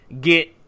get